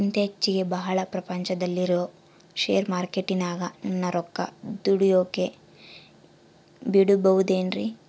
ಇತ್ತೇಚಿಗೆ ಬಹಳ ಪ್ರಚಾರದಲ್ಲಿರೋ ಶೇರ್ ಮಾರ್ಕೇಟಿನಾಗ ನನ್ನ ರೊಕ್ಕ ದುಡಿಯೋಕೆ ಬಿಡುಬಹುದೇನ್ರಿ?